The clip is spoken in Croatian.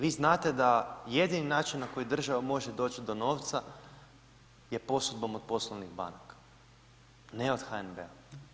Vi znate da jedini način na koji država može doći do novca je posudbom od poslovnih banaka, ne od HNB-a.